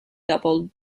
doubled